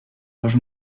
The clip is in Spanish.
los